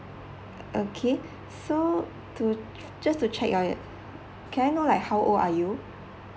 okay so to just to check uh can I know like how old are you